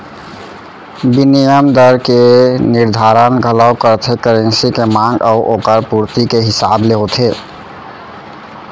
बिनिमय दर के निरधारन घलौ करथे करेंसी के मांग अउ ओकर पुरती के हिसाब ले होथे